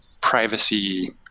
privacy